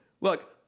Look